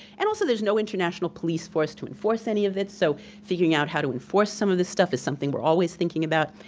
and also there's no international police force to enforce any of it, so figuring out how to enforce some of this stuff is something we're always thinking about.